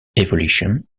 evolution